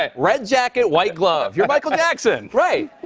ah red jacket, white glove. you're michael jackson. right.